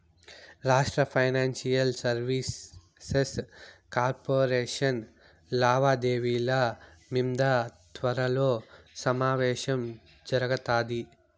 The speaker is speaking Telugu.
రాష్ట్ర ఫైనాన్షియల్ సర్వీసెస్ కార్పొరేషన్ లావాదేవిల మింద త్వరలో సమావేశం జరగతాది